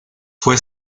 fue